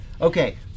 Okay